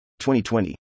2020